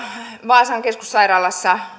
vaasan keskussairaalassa